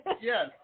Yes